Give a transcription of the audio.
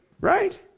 Right